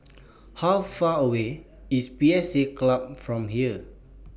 How Far away IS P S A Club from here